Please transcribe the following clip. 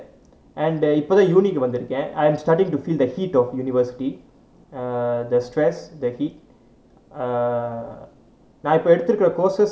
and இப்போதான்:ippothaan university கு வந்திருக்கேன்:ku vanthirukkaen I'm starting to feel the heat of university err the stress the heat uh நா இப்போ எடுத்துக்குற:naa ippo eduthurukura courses